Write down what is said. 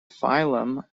phylum